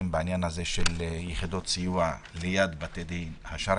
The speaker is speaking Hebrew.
שתתייחסו לעניין יחידות הסיוע ליד בתי הדין השרעיים.